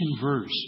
verse